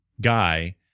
guy